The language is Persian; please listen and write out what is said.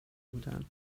بودن